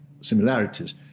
similarities